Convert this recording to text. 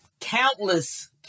Countless